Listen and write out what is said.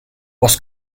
was